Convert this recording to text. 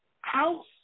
house